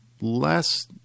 less